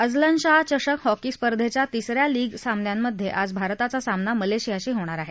Azlan Shah चषक hockey स्पर्धेच्या तिसऱ्या लीग सामन्यांमधे आज भारताचा सामना मलेशियाशी होणार आहे